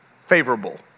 favorable